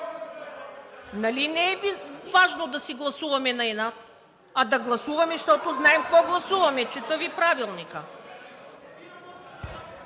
Нали не е важно да си гласуваме на инат, а да гласуваме, защото знаем какво гласуваме. Чета Ви Правилника.